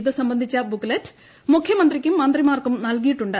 ഇത് സംബന്ധിച്ച ബുക്ക്ലെറ്റ് മുഖ്യമന്ത്രിക്കും മന്ത്രിമാർക്കും നൽകിയിട്ടുണ്ട്